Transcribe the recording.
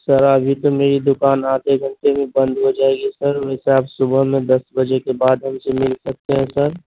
سر ابھی تو میری دُکان آدھے گھنٹے میں بند ہو جائے گی سر اُس حساب سے صُبح میں دس بجے کے بعد ہم سے مل سکتے ہیں سر